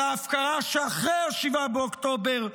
על ההפקרה שאחרי 7 באוקטובר,